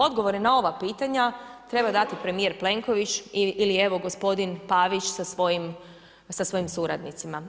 Odgovore na ova pitanja treba dati premijer Plenković ili evo gospodin Pavić sa svojim suradnicima.